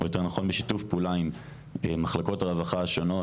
או יותר נכון בשיתוף פעולה עם מחלקות הרווחה השונות,